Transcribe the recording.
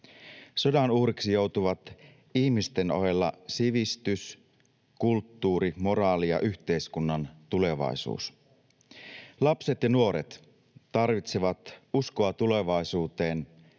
Sodan uhriksi joutuvat ihmisten ohella sivistys, kulttuuri, moraali ja yhteiskunnan tulevaisuus. Lapset ja nuoret tarvitsevat uskoa tulevaisuuteen,